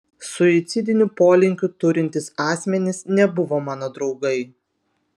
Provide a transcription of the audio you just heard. suicidinių polinkių turintys asmenys nebuvo mano draugai